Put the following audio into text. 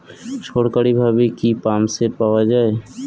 সরকারিভাবে কি পাম্পসেট পাওয়া যায়?